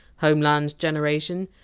homeland generation,